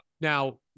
Now